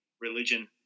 religion